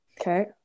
Okay